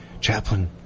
Chaplain